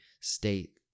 state